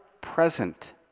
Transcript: present